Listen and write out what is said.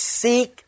seek